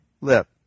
lip